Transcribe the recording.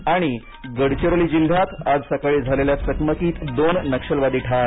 आणि गडचिरोली जिल्ह्यात आज सकाळी झालेल्या चकमकीत दोन नक्षलवादी ठार